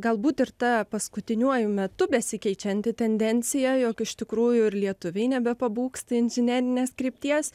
galbūt ir ta paskutiniuoju metu besikeičianti tendencija jog iš tikrųjų ir lietuviai nebepabūgsta inžinerinės krypties